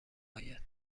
اید